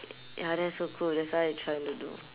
ya that's so cool that's why I trying to do